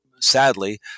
sadly